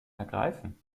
ergreifen